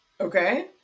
Okay